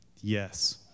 Yes